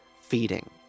feeding